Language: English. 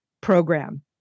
program